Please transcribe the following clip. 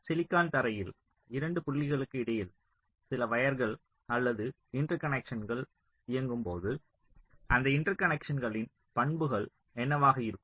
silicon தரையில் 2 புள்ளிகளுக்கு இடையில் சில வயர்கள் அல்லது இன்டர்கனக்க்ஷன்கள் இயங்கும்போது அந்த இன்டர்கனக்க்ஷன்களின் பண்புகள் என்னவாக இருக்கும்